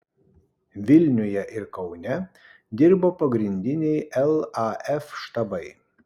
vilniuje ir kaune dirbo pagrindiniai laf štabai